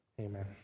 Amen